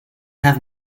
have